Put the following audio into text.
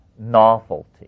Novelty